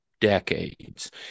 Decades